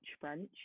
French